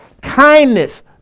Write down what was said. kindness